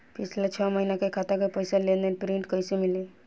पिछला छह महीना के खाता के पइसा के लेन देन के प्रींट कइसे मिली?